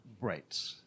Right